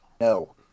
no